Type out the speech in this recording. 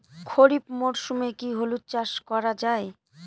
খরিফ মরশুমে কি হলুদ চাস করা য়ায়?